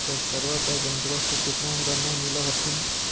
ट्रैक्टरबा पर बैंकबा से कितना अनुदन्मा मिल होत्थिन?